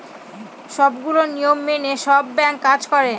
সবগুলো নিয়ম মেনে সব ব্যাঙ্ক কাজ করে